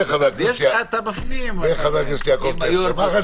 והצעת חוק אחרונה חביבה של חבר הכנסת שלמה קרעי,